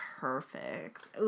perfect